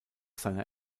seiner